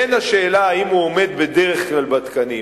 בין השאלה האם הוא עומד בדרך כלל בתקנים